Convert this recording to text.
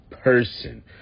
person